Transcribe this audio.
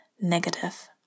negative